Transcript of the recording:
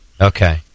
Okay